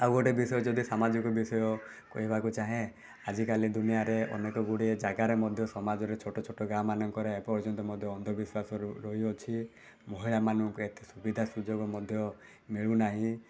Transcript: ଆଉ ଗୋଟେ ବିଷୟ ଯଦି ସାମାଜିକ ବିଷୟ କହିବାକୁ ଚାହେଁ ଆଜିକାଲି ଦୁନିଆରେ ଅନେକଗୁଡ଼ିଏ ଜାଗାରେ ମଧ୍ୟ ସମାଜରେ ଛୋଟଛୋଟ ଗାଁରେ ଏପର୍ଯ୍ୟନ୍ତ ଅନ୍ଧବିଶ୍ୱାସ ମଧ୍ୟ ରହି ଅଛି ମହିଳାମାନଙ୍କୁ ଏତେ ସୁବିଧା ସୁଯୋଗ ମିଳୁନାହିଁ